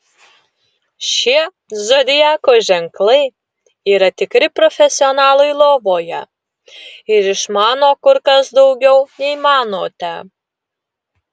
šie zodiako ženklai yra tikri profesionalai lovoje ir išmano kur kas daugiau nei manote